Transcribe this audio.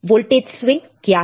voltage swing क्या है